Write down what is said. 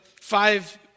five